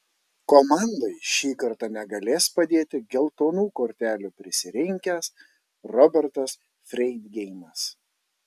komandai šį kartą negalės padėti geltonų kortelių prisirinkęs robertas freidgeimas